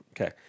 Okay